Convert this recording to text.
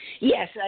Yes